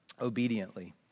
obediently